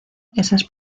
esas